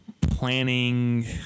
planning